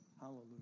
hallelujah